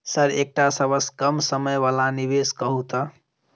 Sir एकटा सबसँ कम समय वला निवेश कहु तऽ?